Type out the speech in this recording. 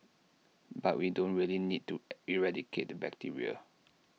but we don't really need to eradicate the bacteria